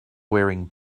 wearing